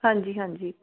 ਹਾਂਜੀ ਹਾਂਜੀ